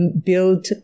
build